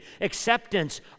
acceptance